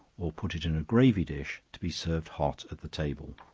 or put it in a gravy dish to be served hot at the table.